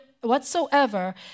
whatsoever